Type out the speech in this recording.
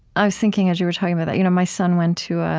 i was thinking as you were talking about that you know my son went to a